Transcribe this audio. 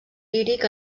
líric